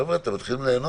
חבר'ה, אתם מתחילים ליהנות.